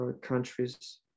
countries